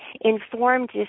informed